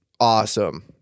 Awesome